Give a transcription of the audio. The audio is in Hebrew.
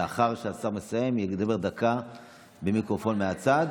לאחר שהשר יסיים, לדבר דקה מהמיקרופון, מהצד.